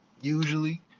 usually